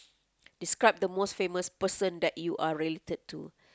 describe the most famous person that you are related to